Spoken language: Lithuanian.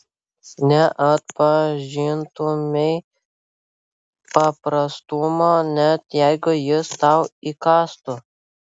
neatpažintumei paprastumo net jeigu jis tau įkąstų